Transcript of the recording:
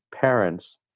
parents